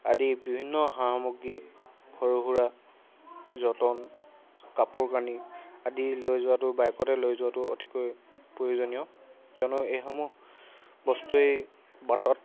আদি বিভিন্ন সা সামগ্ৰী সৰু সুৰা যতন কাপোৰ কানি আদি লৈ যোৱাটো বাইকতে লৈ যোৱাটো অতিকৈ প্ৰয়োজনীয় কিয়নো এইসমূহ বস্তুৱেই বাটত